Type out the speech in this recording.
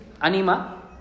Anima